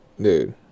Dude